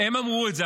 הם אמרו את זה.